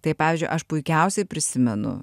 tai pavyzdžiui aš puikiausiai prisimenu